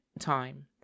time